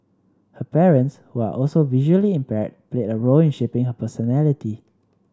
her parents who are also visually impaired played a role in shaping her personality